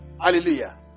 Hallelujah